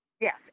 Yes